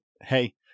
hey